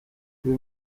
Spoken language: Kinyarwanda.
uyu